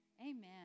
Amen